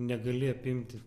negali apimti